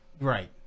Right